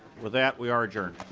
with that we are adjourned.